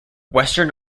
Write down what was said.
western